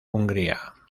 hungría